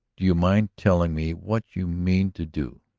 do you mind telling me what you mean to do?